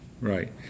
Right